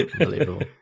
Unbelievable